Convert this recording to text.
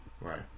right